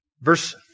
Verse